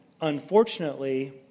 unfortunately